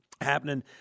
happening